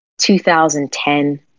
2010